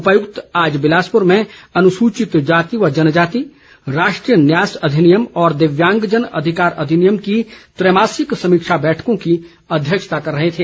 उपायुक्त आज बिलासपुर में अन्सूचितजाति व जनजाति राष्ट्रीय न्यास अधिनियम और दिव्यांगजन अधिकार अधिनियम की त्रैमासिक समीक्षा बैठकों की अध्यक्षता कर रहे थे